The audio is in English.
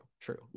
true